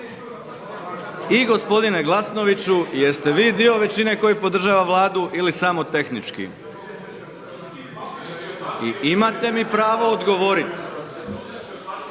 I gospodine Glasnoviću jest li vi dio većine koja podržava Vladu ili samo tehnički? I imate mi pravo odgovoriti.